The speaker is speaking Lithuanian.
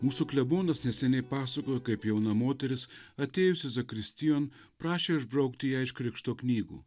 mūsų klebonas neseniai pasakojo kaip jauna moteris atėjusi zakristijon prašė išbraukti ją iš krikšto knygų